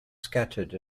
scattered